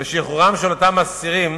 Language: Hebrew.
ושחרורם של אותם אסירים